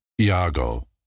Iago